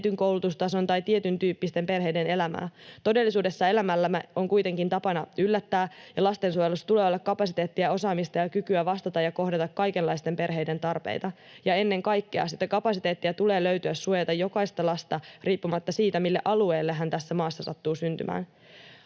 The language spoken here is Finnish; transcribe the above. koulutustason tai tietyn tyyppisten perheiden elämää. Todellisuudessa elämällä on kuitenkin tapana yllättää, ja lastensuojelussa tulee olla kapasiteettia, osaamista ja kykyä vastata kaikenlaisten perheiden tarpeisiin, ja ennen kaikkea sitä kapasiteettia tulee löytyä suojaamaan jokaista lasta riippumatta siitä, mille alueelle hän tässä maassa sattuu syntymään.